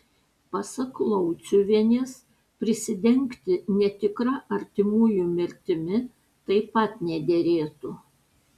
pasak lauciuvienės prisidengti netikra artimųjų mirtimi taip pat nederėtų